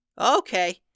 Okay